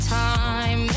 time